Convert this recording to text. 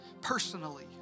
personally